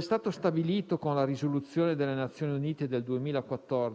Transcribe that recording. stato stabilito con la risoluzione delle Nazioni Unite del 2014, lo sport, attraverso il Comitato olimpico internazionale (CIO) e le sue filiazioni nazionali, deve godere di massima autonomia